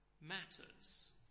matters